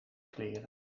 kleren